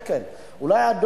יותר מ-9 מיליארד שקל.